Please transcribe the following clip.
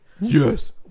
Yes